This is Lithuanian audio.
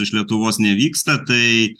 iš lietuvos nevyksta tai